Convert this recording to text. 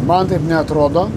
man taip neatrodo